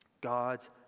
God's